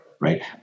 right